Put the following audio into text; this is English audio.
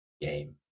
game